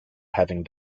having